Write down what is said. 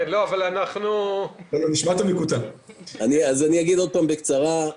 אני אגיד שוב בקצרה,